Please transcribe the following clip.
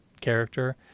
character